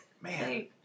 Man